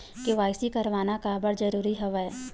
KYC करवाना काबर जरूरी हवय?